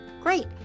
Great